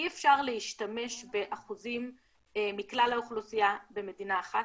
אי-אפשר להשתמש באחוזים מכלל האוכלוסייה במדינה אחת,